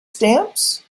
stamps